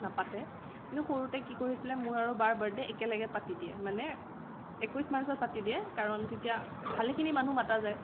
নাপাতে কিন্তু সৰুতে কি কৰিছিলে মোৰ আৰু বাৰ বাৰ্থডে একেলগে পাতি দিয়ে মানে একৈশ মাৰ্চত পাতি দিয়ে কাৰণ তেতিয়া ভালেখিনি মানুহ মতা যায়